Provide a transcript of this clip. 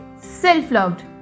self-loved